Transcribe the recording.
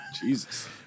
Jesus